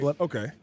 Okay